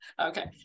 Okay